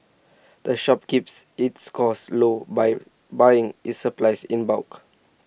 the shop keeps its costs low by buying its supplies in bulk